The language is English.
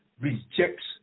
rejects